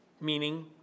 Meaning